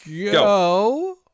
Go